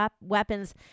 weapons